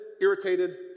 irritated